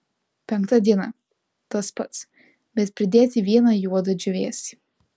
penkta diena tas pats bet pridėti vieną juodą džiūvėsį